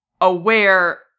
aware